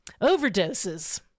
overdoses